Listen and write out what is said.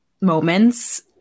moments